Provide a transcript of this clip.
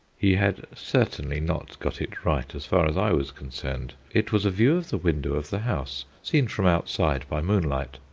he had certainly not got it right as far as i was concerned. it was a view of the window of the house, seen from outside by moonlight,